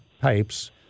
pipes